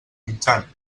mitjana